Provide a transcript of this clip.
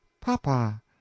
Papa